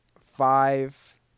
five